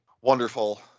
wonderful